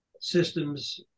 systems